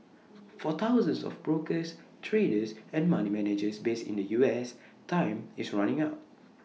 for thousands of brokers traders and money managers based in the us time is running out